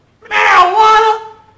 Marijuana